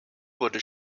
wurde